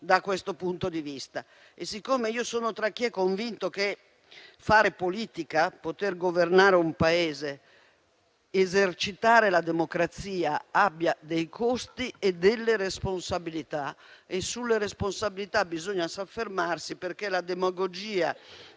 da questo punto di vista. Siccome io sono tra chi è convinto che fare politica, poter governare un Paese, esercitare la democrazia abbia dei costi e delle responsabilità, ritengo che sulle responsabilità bisogna soffermarsi perché la demagogia